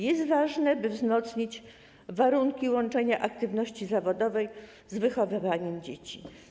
Jest ważne, by wzmocnić warunki łączenia aktywności zawodowej z wychowywaniem dzieci.